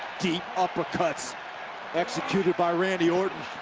the upper cuts executed by randy orton.